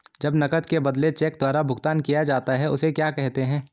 जब नकद के बदले चेक द्वारा भुगतान किया जाता हैं उसे क्या कहते है?